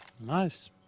nice